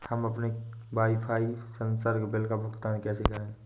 हम अपने वाईफाई संसर्ग बिल का भुगतान कैसे करें?